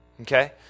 Okay